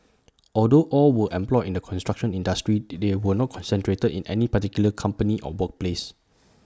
although all were employed in the construction industry they were not concentrated in any particular company or workplace